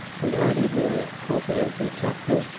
and added with a confidential chuckle,